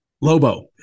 Lobo